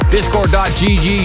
Discord.gg